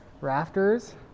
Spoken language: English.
rafters